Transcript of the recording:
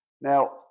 Now